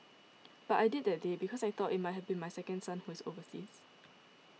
but I did that day because I thought it might have been my second son who is overseas